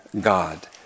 God